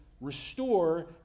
restore